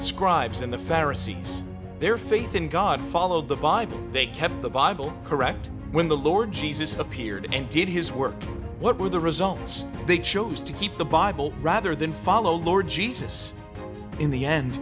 priests scribes and the pharisees their faith in god followed the bible they kept the bible correct when the lord jesus appeared and did his work what were the results they chose to keep the bible rather than follow lord jesus in the end